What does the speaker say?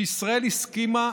שישראל הסכימה,